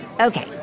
Okay